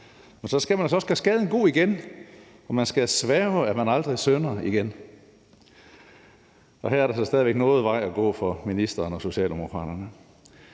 men så skal man altså også gøre skaden god igen, og man skal sværge, at man aldrig synder igen. Og her er der stadig væk noget vej at gå for ministeren og Socialdemokraterne.